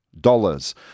dollars